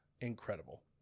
incredible